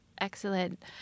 Excellent